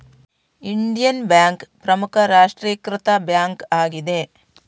Indian bank ಪ್ರಮುಖ ರಾಷ್ಟ್ರೀಕೃತ bank ಆಗಿದೆ